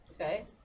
Okay